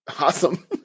Awesome